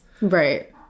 Right